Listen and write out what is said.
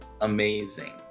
amazing